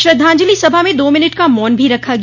श्रद्धांजलि सभा में दो मिनट का मौन भी रखा गया